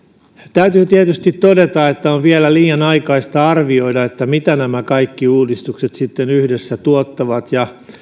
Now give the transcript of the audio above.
täytyy tietysti todeta että on vielä liian aikaista arvioida mitä nämä kaikki uudistukset sitten yhdessä tuottavat